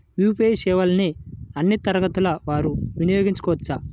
UPI సేవలని అన్నీ తరగతుల వారు వినయోగించుకోవచ్చా?